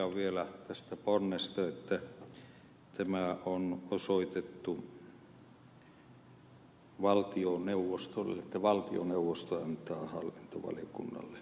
totean vielä tästä ponnesta että tämä on osoitettu valtioneuvostolle että valtioneuvosto antaa hallintovaliokunnalle tämän selvityksen